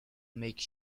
make